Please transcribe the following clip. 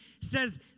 says